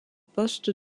poste